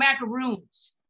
macaroons